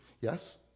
Yes